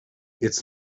its